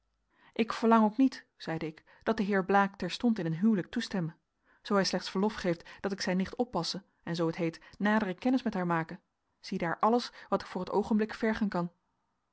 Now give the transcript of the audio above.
ik verlang ook niet zeide ik dat de heer blaek terstond in een huwelijk toestemme zoo hij slechts verlof geeft dat ik zijn nicht oppasse en zoo t heet nadere kennis met haar make ziedaar alles wat ik voor het oogenblik vergen kan